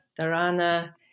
dharana